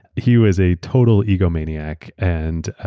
he was a total egomaniac and